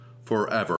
forever